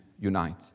unite